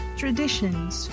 traditions